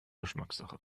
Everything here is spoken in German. geschmackssache